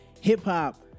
hip-hop